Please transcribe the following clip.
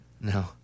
No